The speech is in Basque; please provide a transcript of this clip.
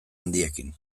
handiekin